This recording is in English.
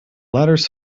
ladders